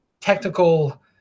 technical